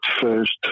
first